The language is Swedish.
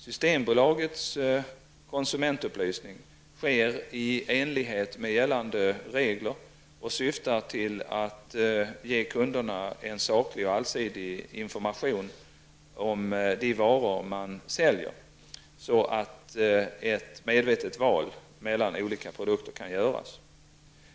Systembolagets konsumentupplysning sker i enlighet med gällande regler och syftar till att ge kunderna en saklig och allsidig information om de varor man säljer så att ett medvetet val mellan olika produkter kan göras.